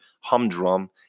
humdrum